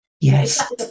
Yes